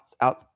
out